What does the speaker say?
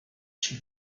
she